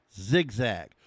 Zigzag